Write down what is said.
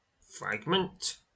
Fragment